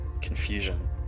Confusion